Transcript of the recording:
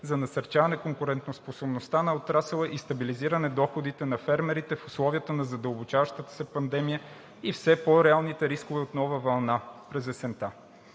за насърчаване на конкурентоспособността на отрасъла и стабилизиране доходите на фермерите в условията на задълбочаващата се пандемия и все по реалните рискове от нова вълна през есента